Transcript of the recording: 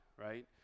right